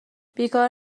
بیکار